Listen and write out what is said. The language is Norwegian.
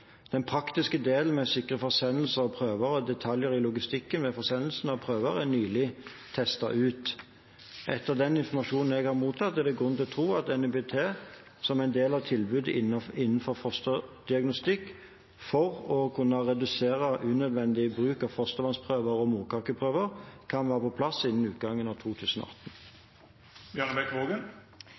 Den praktiske delen med å sikre forsendelse av prøver og detaljer i logistikken ved forsendelse av prøver er nylig testet ut. Etter den informasjon jeg har mottatt, er det grunn til å tro at NIPT som del av tilbudet innen fosterdiagnostikk – for å kunne redusere unødvendig bruk av fostervannsprøver og morkakeprøver – kan være på plass innen utgangen av